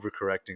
overcorrecting